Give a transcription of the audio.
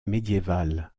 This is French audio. médiéval